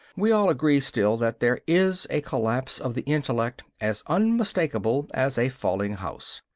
we all agree still that there is a collapse of the intellect as unmistakable as a falling house.